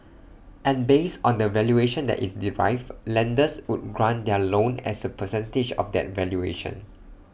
and based on the valuation that is derived lenders would grant their loan as A percentage of that valuation